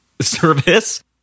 service